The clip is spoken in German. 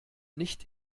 nicht